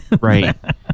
right